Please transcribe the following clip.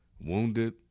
wounded